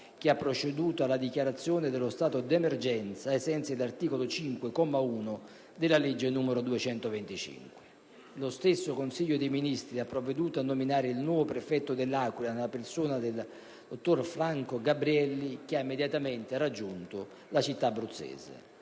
che ha proceduto alla dichiarazione dello stato di emergenza, ai sensi dell'articolo 5, comma 1, della legge n. 225 del 1992. Il Consiglio dei ministri ha anche provveduto a nominare il nuovo prefetto dell'Aquila, sulla persona del dottor Franco Gabrielli, che ha immediatamente raggiunto la città abruzzese.